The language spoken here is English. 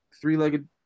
three-legged